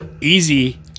easy